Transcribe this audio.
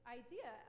idea